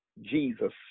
Jesus